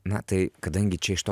na tai kadangi čia iš to